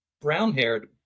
brown-haired